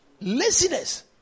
Laziness